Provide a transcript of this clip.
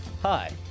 Hi